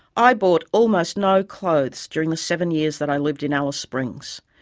i bought almost no clothes during the seven years that i lived in alice springs.